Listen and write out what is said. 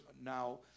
now